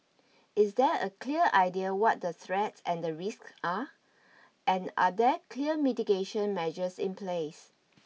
is there a clear idea what the threats and the risks are and are there clear mitigation measures in place